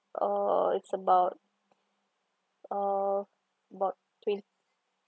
oh it's about about twenty